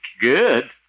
Good